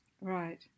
right